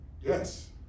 Yes